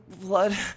Blood